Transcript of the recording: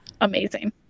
Amazing